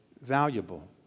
valuable